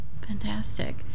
Fantastic